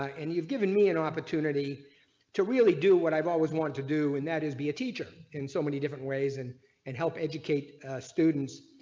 and you've given me an opportunity to really do what i've always wanted to do in that is be a teacher in so many different ways and and help educate students.